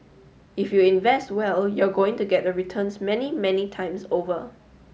if you invest well you're going to get the returns many many times over